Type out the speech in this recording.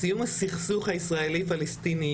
סיום הסכסוך הישראלי פלסטיני,